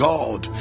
God